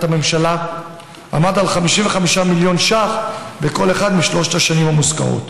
הממשלה עמד על 55 מיליון שקל בכל אחת משלוש השנים המוזכרות.